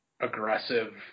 aggressive